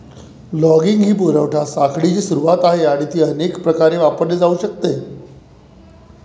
logging ही पुरवठा साखळीची सुरुवात आहे आणि ती अनेक प्रकारे वापरली जाऊ शकते